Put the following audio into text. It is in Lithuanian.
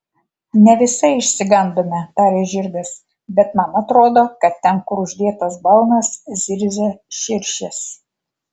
ne visai išsigandome tarė žirgas bet man atrodo kad ten kur uždėtas balnas zirzia širšės